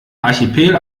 archipel